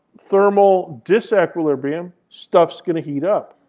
thermal disequilibrium, stuff's going to heat up.